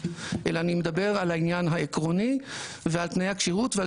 אלא אני מדבר על העניין העקרוני ועל תנאי הכשירות ועל